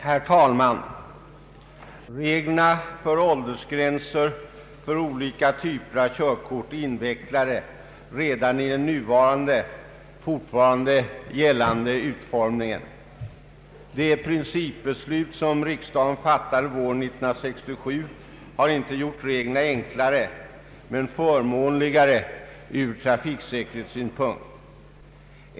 Herr talman! Reglerna för åldersgränser för olika typer av körkort är invecklade redan i den nuvarande, ännu gällande utformningen. Det principbeslut som riksdagen fattade våren 1967 har inte gjort reglerna enklare, men förmånligare ur trafiksäkerhetssynpunkt.